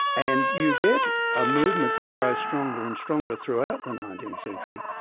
and you get a movement that grows stronger and stronger throughout the nineteenth century,